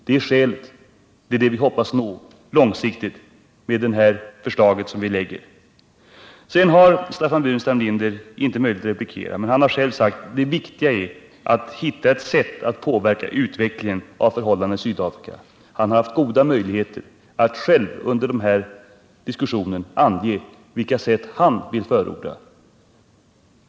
Det är vad vi på lång sikt hoppas uppnå med det förslag som vi lägger fram. Staffan Burenstam Linder har inte möjlighet att replikera, men han har själv sagt att det viktiga är att finna ett sätt att påverka utvecklingen i Sydafrika. Han har haft goda möjligheter att under den här diskussionen själv ange vilka sätt han vill förorda.